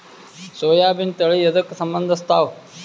ಸೋಯಾಬಿನ ತಳಿ ಎದಕ ಸಂಭಂದಸತ್ತಾವ?